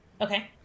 Okay